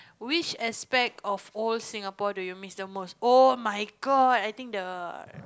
which aspect of old Singapore do you miss the most oh-my-god I think the